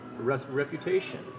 reputation